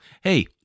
Hey